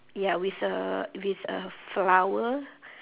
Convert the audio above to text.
ya with a with a flower